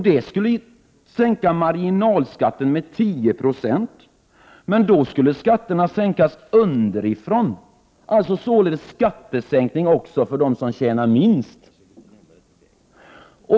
Det skulle sänka marginalskatterna med omkring 10 26. Men då skulle skatterna sänkas underifrån; det skulle således bli en skattesänkning också för dem som tjänar minst.